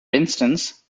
instance